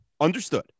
Understood